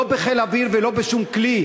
לא בחיל אוויר ולא בשום כלי,